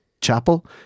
chapel